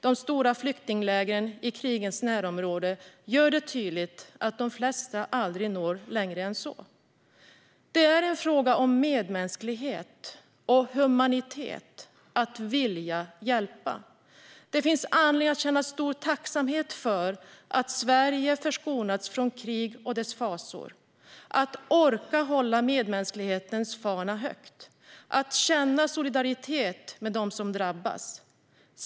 De stora flyktinglägren i krigens närområde gör det tydligt att de flesta aldrig når längre än så. Det är en fråga om medmänsklighet och humanitet att vilja hjälpa. Det finns anledning att känna stor tacksamhet för att Sverige förskonats från krig och dess fasor och att orka hålla medmänsklighetens fana högt och känna solidaritet med dem som drabbas.